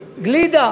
גלידה.